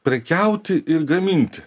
prekiauti ir gaminti